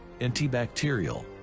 antibacterial